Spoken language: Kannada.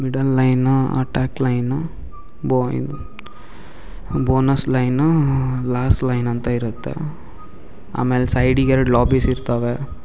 ಮಿಡಲ್ ಲೈನು ಅಟ್ಯಾಕ್ ಲೈನು ಬೋಯಿನ್ ಬೋನಸ್ ಲೈನೂ ಲಾಸ್ಟ್ ಲೈನ್ ಅಂತ ಇರುತ್ತೆ ಆಮೇಲೆ ಸೈಡಿಗೆ ಎರಡು ಲಾಬಿಸ್ ಇರ್ತವೆ